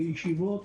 בישיבות,